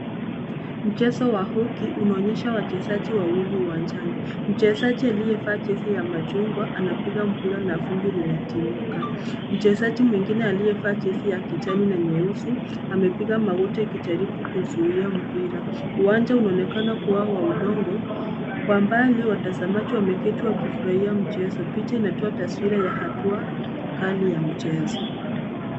Mchezo wa hoki unaonyesha wachezaji wawili uwanjani. Mchezaji aliyevaa jezi ya machungwa anapiga mpira na vumbi linatimuka. Mchezaji mwingine aliyevaa jezi kijani na nyeusi, amepiga magoti akijaribu kuzuia mpira. Uwanja unaonekana kuwa udongo, kwa mbali watazamaji wameketi wakifurahia mchezo. Picha inatoa taswira ya hatua kali ya mchezo.